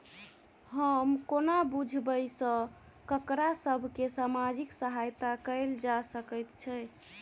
हम कोना बुझबै सँ ककरा सभ केँ सामाजिक सहायता कैल जा सकैत छै?